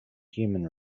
human